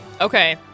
Okay